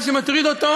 מה שמטריד אותו,